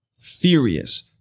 Furious